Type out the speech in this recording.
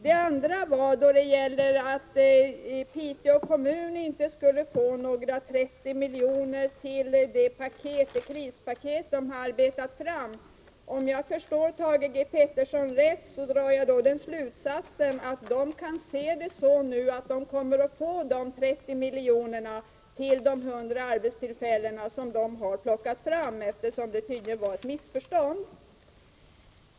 Det andra jag talade om var att Piteå kommun inte skulle få 30 miljoner till det krispaket man arbetat fram. Om jag förstår Thage G. Peterson rätt måste jag dra slutsatsen att Piteå kommun nu kan se saken så, att man kommer att få dessa 30 miljoner till de 100 arbetstillfällen som man har plockat fram. Det rörde sig tydligen om ett missförstånd.